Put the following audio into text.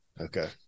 okay